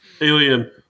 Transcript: Alien